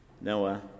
Noah